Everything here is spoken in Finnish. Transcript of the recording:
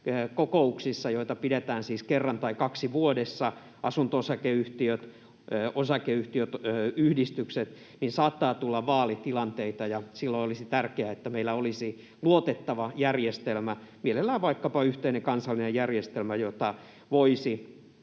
kokouksissa, joita pidetään siis kerran tai kaksi vuodessa — asunto-osakeyhtiöt, osakeyhtiöt, yhdistykset — saattaa tulla vaalitilanteita, ja silloin olisi tärkeää, että meillä olisi luotettava järjestelmä, mielellään vaikkapa yhteinen kansallinen järjestelmä, jota nämä